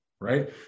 Right